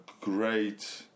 great